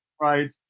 Right